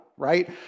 right